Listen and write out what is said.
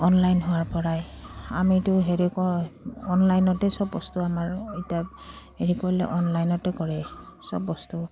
online হোৱাৰপৰাই আমিতো হেৰি কয় অনলাইনতে চব বস্তু আমাৰ এতিয়া হেৰি কৰিলে অনলাইনতে কৰে চব বস্তু